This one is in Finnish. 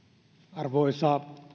arvoisa